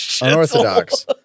Unorthodox